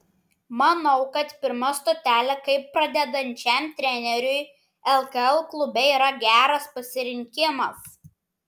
manau kad pirma stotelė kaip pradedančiam treneriui lkl klube yra geras pasirinkimas